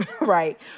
right